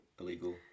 illegal